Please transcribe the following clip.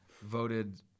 voted